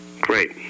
Great